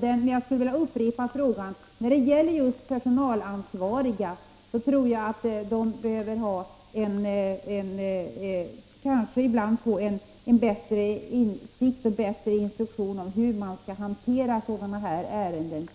Jag vill till sist upprepa frågan om hur vi skall kunna förbättra situationen för de personalansvariga, som kanske borde få bättre instruktioner om hur de i känsliga fall skall hantera sådana här ärenden